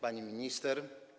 Pani Minister!